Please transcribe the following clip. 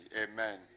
Amen